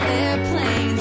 airplanes